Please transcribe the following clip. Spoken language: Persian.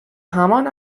همان